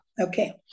okay